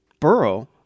burrow